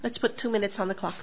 let's put two minutes on the clock